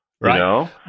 Right